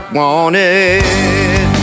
wanted